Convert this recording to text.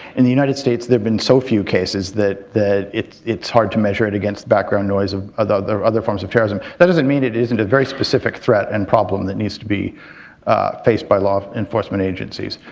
in the united states, there've been so few cases that it's it's hard to measure it against background noise of other other forms of terrorism. that doesn't mean it isn't a very specific threat and problem that needs to be faced by law enforcement agencies